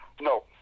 No